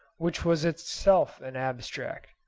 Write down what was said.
which was itself an abstract.